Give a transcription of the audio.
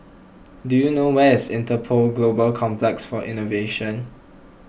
do you know where is Interpol Global Complex for Innovation